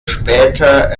später